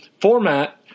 format